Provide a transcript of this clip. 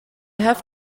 have